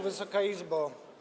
Wysoka Izbo!